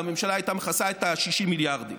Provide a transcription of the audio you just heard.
והממשלה הייתה מכסה את ה-60 מיליארדים.